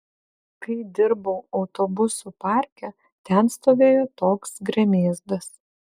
kai dirbau autobusų parke ten stovėjo toks gremėzdas